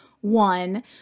one